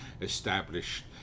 established